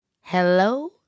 Hello